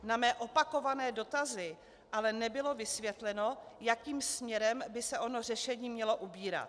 Na mé opakované dotazy ale nebylo vysvětleno, jakým směrem by se ono řešení mělo ubírat.